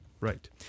Right